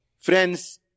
Friends